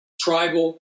tribal